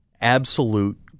absolute